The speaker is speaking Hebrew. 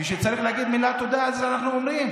כשצריך להגיד מילת תודה, אנחנו אומרים.